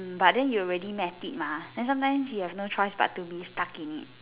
but then you already met it mah then sometimes you have no choice but to be stuck in it